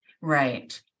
Right